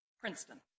Princeton